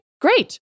great